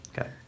Okay